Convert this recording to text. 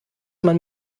man